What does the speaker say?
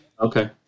Okay